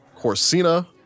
Corsina